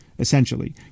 Essentially